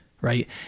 right